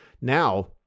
now